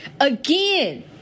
Again